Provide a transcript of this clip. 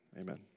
amen